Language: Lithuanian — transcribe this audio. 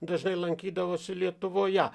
dažnai lankydavosi lietuvoje